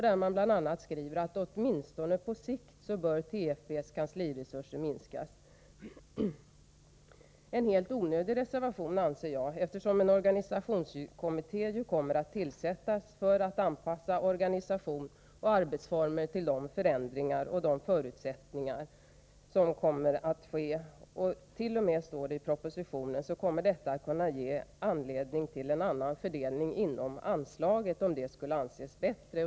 Där står bl.a. att TFB:s kansliresurser bör minskas åtminstone på sikt. Jag anser att detta är en helt onödig reservation, eftersom en organisationskommitté nu kommer att tillsättas för att anpassa organisation och arbetsformer till förändringar i förutsättningarna. I propositionen står det t.o.m. att det kan bli fråga om en annan fördelning av anslaget, om en sådan omfördelning skulle anses bättre.